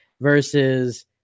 versus